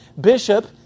bishop